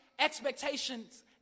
expectations